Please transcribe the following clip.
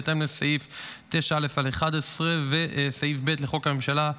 בהתאם לסעיפים 9(א)(11) ו-(ב) לחוק הממשלה,